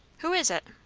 who is it?